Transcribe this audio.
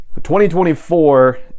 2024